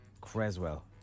Creswell